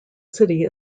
city